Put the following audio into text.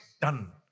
done